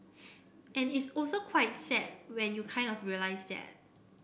and it's also quite sad when you kind of realise that